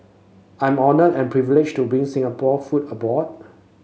I'm honoured and privileged to bring Singapore food abroad